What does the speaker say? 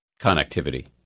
Connectivity